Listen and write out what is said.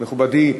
מכובדי,